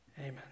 Amen